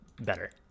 better